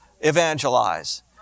evangelize